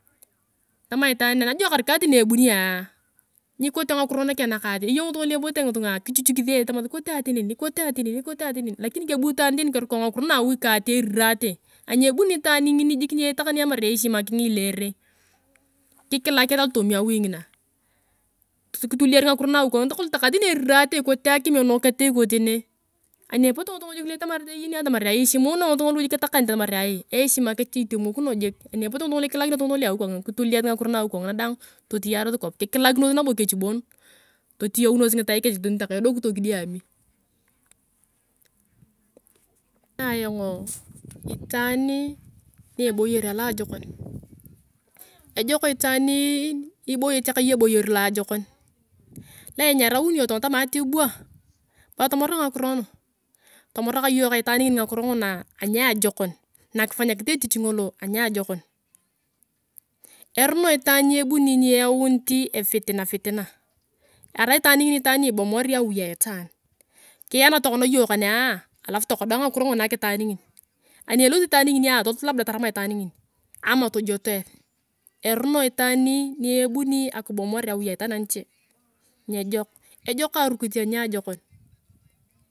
Tamaa itaania, unajuwa karika ati na ebunia nikote ngakiro nakong naka ati. Eya ngitunga lua epote ngitunga kichuchukis esi tamaa ikate ati neni, ikote ati neni, lakini kobu itaan tani kerukou vyakiro na awi kati erikaate, ani ebuni itoon ngini jik ni etarani atamar eishima keng ilere likilae esi alatoomi awi ngini. kituliasi ngakiro nawi kanyina takae tani eriraate ikote akim eriraate ikote ne, ani epote ngitunga jik lu eyenio atamar eishima ngitunga lu etakarite atamarea eishima kech itemokino iik. Ani epote vigitunga ngulu ikalinete ngitunga iva awi kuangira, kifuliasi ngakiro na awi kongina diang totiyaros kop. kikilakinos nabo kech bon, totiyaunos ngitai kech tani takae edokito kidiumi. Amina ayango itaani nie eboyer aloajokon. ejok itaani iboyete ka iyong ebeyen loa ajokon. loa inyarauni iyong tokona tama ati bwa, bwa atomora ngakiro nuku. tomora iyong ka itaan ngini ni nguna aniajekon, na kifanyakis etic ngelo aniajekon. Erano itaan ni ebunuti eyaunuti fitina fitina. Arai itaan ngini ni ibomwari awi ataan. kiyan tokona iyong kanea, alu tokoda ngakiro nguna nak itaan ngini, ani elosi itaan nginia tolot labda taram itaan ngini, ama tojeto esi. eroore itaan ni ebuni akibomewar awi na itaan aniche, nyejok, ejom arukit aniajekon.